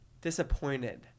disappointed